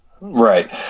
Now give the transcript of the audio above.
Right